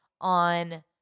on